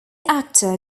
actor